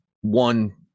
one